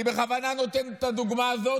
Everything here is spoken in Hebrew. אני בכוונה נותן את הדוגמה הזאת,